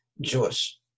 Jewish